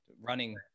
Running